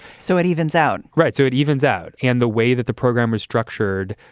so it evens out. right. so it evens out. and the way that the program is structured,